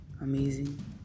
amazing